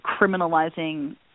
criminalizing